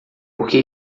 porque